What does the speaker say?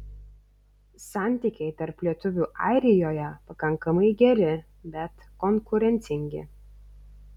santykiai tarp lietuvių airijoje pakankamai geri bet konkurencingi